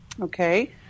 Okay